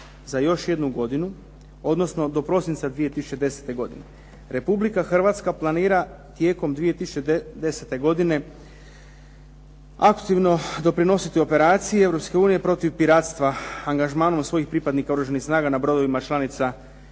za još jednu godinu, odnosno do prosinca 2010. godine, RH planira tijekom 2010. godine aktivno doprinositi operaciji EU protiv piratstva angažmanom svojih pripadnika Oružanih snaga na brodovima članica EU